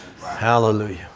hallelujah